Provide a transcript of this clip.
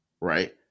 right